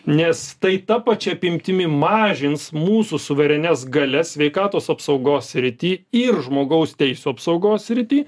nes tai ta pačia apimtimi mažins mūsų suverenias galias sveikatos apsaugos srity ir žmogaus teisų apsaugos srity